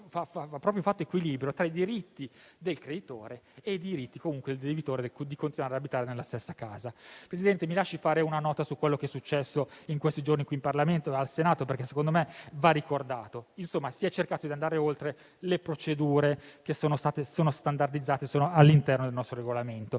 trovare un equilibrio tra i diritti del creditore e i diritti del debitore di continuare ad abitare nella stessa casa. Presidente, mi lasci fare una notazione su quanto è successo in questi giorni in Senato, perché a mio parere va ricordato. Si è cercato di andare oltre le procedure, che sono standardizzate all'interno del nostro Regolamento.